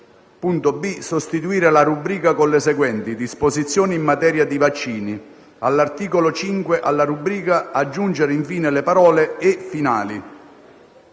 b) *sostituire la rubrica con la seguente:* «Disposizioni in materia di vaccini». *All'articolo 5, alla rubrica, aggiungere infine le parole:* «e finali»